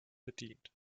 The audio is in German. bedient